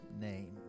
name